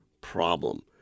problem